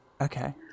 Okay